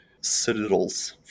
citadels